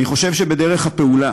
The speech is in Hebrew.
אני חושב שבדרך הפעולה